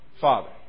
father